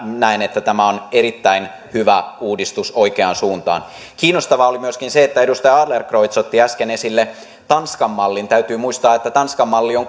näen että tämä on erittäin hyvä uudistus oikeaan suuntaan kiinnostavaa oli myöskin se että edustaja adlercreutz otti äsken esille tanskan mallin täytyy muistaa että tanskan malli on